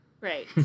Right